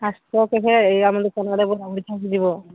first ତ କେବେ ଏ ଆମ ଦୋକାନ ଆଡ଼େ ବୁଲାବୁଲି କରିକି ଯିବ